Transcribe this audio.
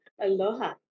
Aloha